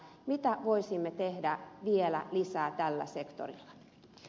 mitä voisimme tehdä vielä lisää tällä sektorilla